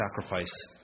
sacrifice